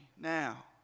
Now